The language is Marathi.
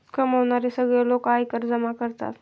कमावणारे सगळे लोक आयकर जमा करतात